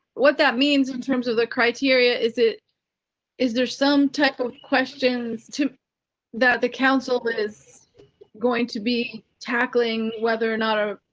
what that means in terms of the criteria is it is there some type of questions to. that the council is going to be tackling, whether or not a.